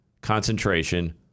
concentration